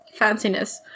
Fanciness